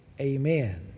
Amen